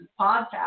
podcast